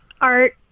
art